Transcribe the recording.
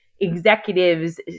executives